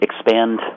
expand